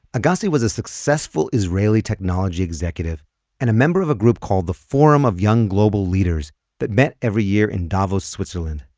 agassi was a successful israeli technology executive and a member of a group called the forum of young global leaders that met every year in davos, switzerland.